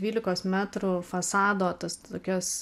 dvylikos metrų fasado tas tokias